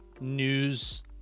news